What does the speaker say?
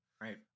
right